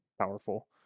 powerful